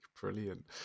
Brilliant